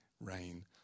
rain